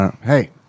Hey